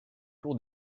tour